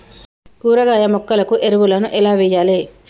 కూరగాయ మొక్కలకు ఎరువులను ఎలా వెయ్యాలే?